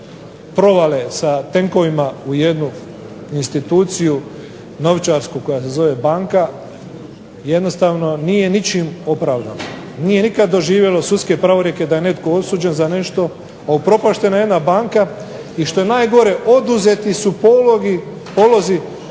provale sa tenkovima u jednu instituciju novčarsku koja se zove banka jednostavno nije ničim opravdano, nije nikada doživjelo sudske pravorijeke da je netko osuđen za nešto, a upropaštena je jedna banka, a što je najgore oduzeti polozi